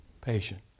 patient